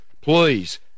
please